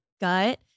gut